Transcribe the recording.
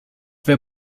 wer